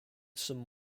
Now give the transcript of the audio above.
some